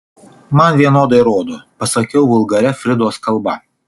man vienodai rodo pasakiau vulgaria fridos kalba